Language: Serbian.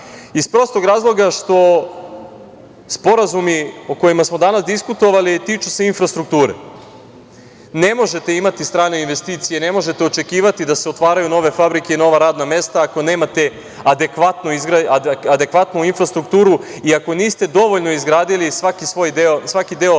iz prostog razloga što sporazumi o kojima smo danas diskutovali tiču se infrastrukture. Ne možete imati strane investicije, ne možete očekivati da se otvaraju nove fabrike i nova radna mesta ako nemate adekvatnu infrastrukturu i ako niste dovoljno izgradili svaki deo